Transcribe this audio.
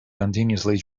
continuously